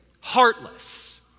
heartless